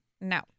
No